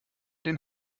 den